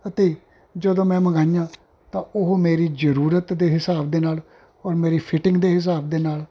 ਅਤੇ ਜਦੋਂ ਮੈਂ ਮੰਗਾਈਆਂ ਤਾਂ ਉਹ ਮੇਰੀ ਜ਼ਰੂਰਤ ਦੇ ਹਿਸਾਬ ਦੇ ਨਾਲ ਔਰ ਮੇਰੀ ਫਿਟਿੰਗ ਦੇ ਹਿਸਾਬ ਦੇ ਨਾਲ